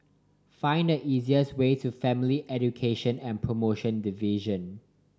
find the easiest way to Family Education and Promotion Division